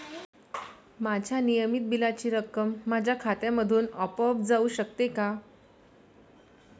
माझ्या नियमित बिलाची रक्कम माझ्या खात्यामधून आपोआप जाऊ शकते का?